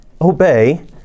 obey